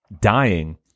dying